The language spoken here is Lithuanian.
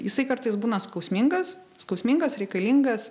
jisai kartais būna skausmingas skausmingas reikalingas